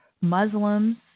Muslims